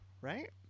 right